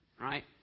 right